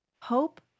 Hope